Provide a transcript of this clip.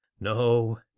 no